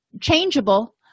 Changeable